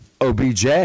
obj